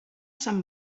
sant